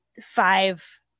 five